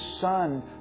Son